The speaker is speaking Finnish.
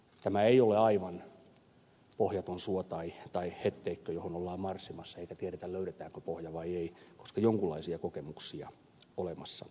tämä ei ole aivan pohjaton suo tai hetteikkö johon ollaan marssimassa tietämättä löydetäänkö pohja vai ei koska jonkunlaisia kokemuksia olemassa on